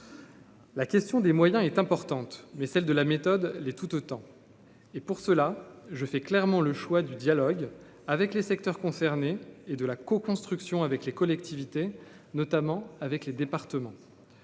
La question des moyens est importante, mais celle de la méthode l'est tout autant, et pour cela je fait clairement le choix du dialogue avec les secteurs concernés et de la co-construction avec les collectivités, notamment avec les départements,